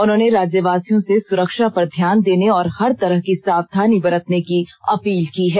उन्होंने राज्यवासियों से सुरक्षा पर ध्यान देने और हर तरह की सावधानी बरतने की अपील की है